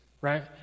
right